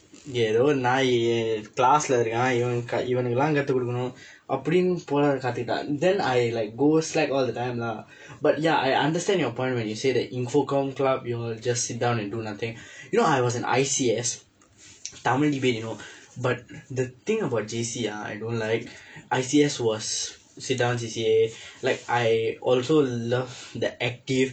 like ஏதோ ஒரு நாய்:eetho oru naay class-ulae இருக்கான் இவன் இவனுக்கு எல்லாம் கற்றுக் கொடுக்கனும் அப்படி போல கத்துகிட்ட:irukkaan ivan ivanukku ellaam karru kodukkanum appadi poola kaththukitda then I like go slack all the time lah but ya I understand your point when you say that infocomm club you all just sit down and do nothing you know I was an I_C_S tamil debate you know but the thing about J_C ah I don't like I_C_S was sit down C_C_A like I also love the active